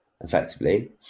effectively